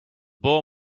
bohr